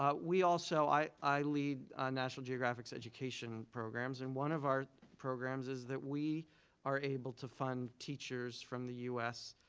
ah we also. i lead national geographic's education programs, and one of our programs is that we are able to fund teachers from the u s.